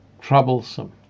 troublesome